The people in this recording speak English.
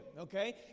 okay